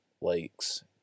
lakes